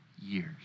years